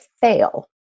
fail